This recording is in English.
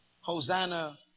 Hosanna